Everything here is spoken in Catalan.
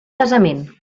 casament